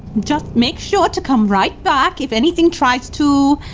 just. make sure to come right back if anything tries to.